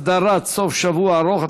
הסדרת סוף שבוע ארוך),